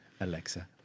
Alexa